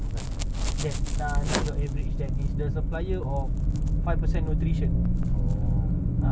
fun ah it is just very nice ah it's like turn I like when I hear music that music goes inside me then stuck